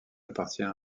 appartient